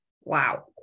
wow